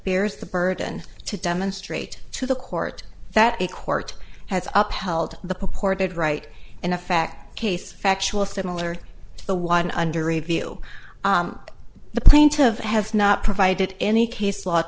bears the burden to demonstrate to the court that a court has upheld the purported right in effect case factual similar to the one under review the plaintive has not provided any case l